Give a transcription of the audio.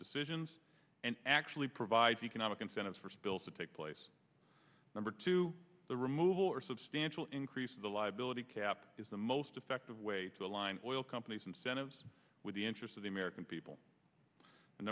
decisions and actually provides economic incentives for spills to take place number two the removal or substantial increase of the liability cap is the most effective way to align oil companies incentives with the interest of the american people and